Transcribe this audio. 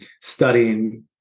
studying